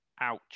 Ouch